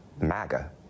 MAGA